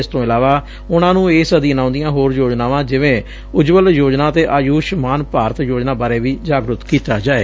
ਇਸ ਤੋਂ ਇਲਾਵਾ ਉਨੁਾਂ ਨੂੰ ਇਸ ਅਧੀਨ ਆਉਂਦੀਆਂ ਹੋਰ ਯੋਜਨਾਵਾਂ ਜਿਵੇਂ ਉਂਜਵਲ ਯੋਜਨਾ ਅਤੇ ਆਯੁਸ਼ ਮਾਨ ਭਾਰਤ ਯੋਜਨਾ ਬਾਰੇ ਵੀ ਜਾਗਰੁਕ ਕੀਤਾ ਜਾਵੇ